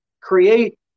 create